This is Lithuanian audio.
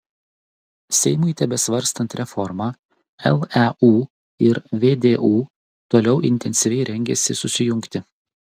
seimui tebesvarstant reformą leu ir vdu toliau intensyviai rengiasi susijungti